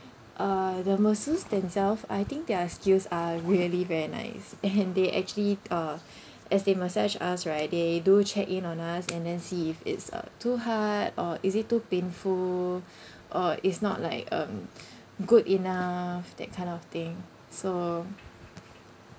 uh the masseurs themselves I think their skills are really very nice and they actually uh as they massage us right they do check in on us and then see if it's uh too hard or is it to painful or is not like um good enough that kind of thing so